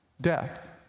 death